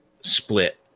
split